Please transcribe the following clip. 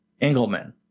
Engelman